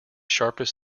sharpest